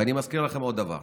ואני מזכיר לכם עוד דבר: